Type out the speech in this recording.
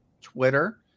Twitter